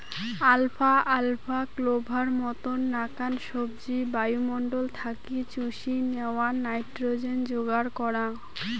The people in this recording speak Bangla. আলফা আলফা, ক্লোভার মতন নাকান সবজি বায়ুমণ্ডল থাকি চুষি ন্যাওয়া নাইট্রোজেন যোগার করাঙ